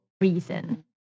reason